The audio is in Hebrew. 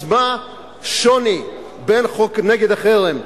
אז מה השוני בין חוק החרם,